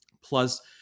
Plus